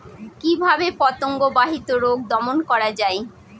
কিভাবে পতঙ্গ বাহিত রোগ দমন করা যায়?